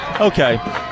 Okay